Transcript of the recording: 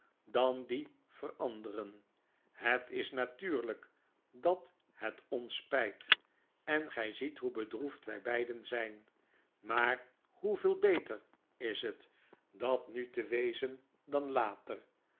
dan die veranderen het is natuurlyk dat het ons spyt en gy ziet hoe bedroefd wy beiden zyn maar hoeveel beter is het dat nu te wezen dan later